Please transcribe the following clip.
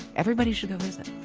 everybody should go visit